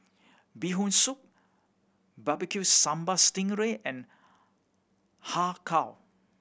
Bee Hoon Soup Barbecue Sambal sting ray and Har Kow